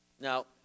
Now